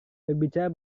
berbicara